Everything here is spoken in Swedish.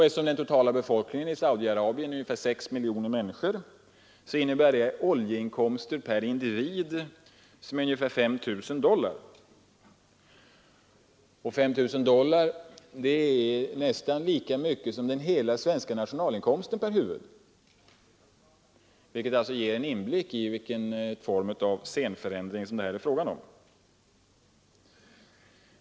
Eftersom den totala befolkningen är 6 miljoner människor, innebär detta oljeinkomster om 5 000 dollar per individ. Detta innebär att redan oljeinkomsterna ger en summa per huvud som är lika hög som den svenska nationalinkomsten per huvud. Redan detta ger alltså en inblick i vilken form av scenförändring som det här är fråga om.